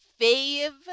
Fave